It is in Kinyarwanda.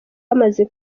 bamaze